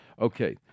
Okay